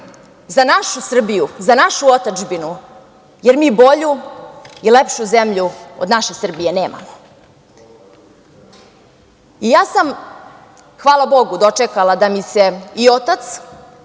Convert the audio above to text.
za našu Srbiju, za našu otadžbinu, jer mi bolju i lepšu zemlju od naše Srbije nemamo. Ja sam, hvala Bogu, dočekala da mi se i otac